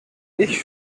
ich